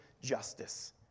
justice